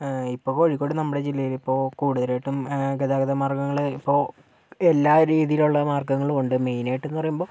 ഇപ്പോൾ കോഴിക്കോട് നമ്മുടെ ജില്ലയില് ഇപ്പോൾ കൂടുതൽ ആയിട്ടും ഗതാഗത മാർഗങ്ങൾ ഇപ്പോൾ എല്ലാ രീതിലുള്ള മാർഗങ്ങളും ഉണ്ട് മെയിൻ ആയിട്ട് എന്ന് പറയുമ്പോൾ